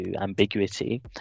ambiguity